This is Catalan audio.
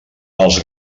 els